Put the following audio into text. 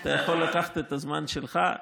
אתה יכול לקחת את הזמן שלך,